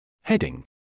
Heading